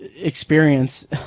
experience